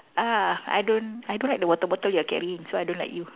ah I don't I don't like the water bottle you're carrying so I don't like you